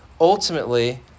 Ultimately